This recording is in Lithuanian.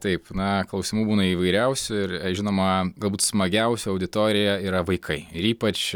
taip na klausimų būna įvairiausių ir žinoma galbūt smagiausia auditorija yra vaikai ir ypač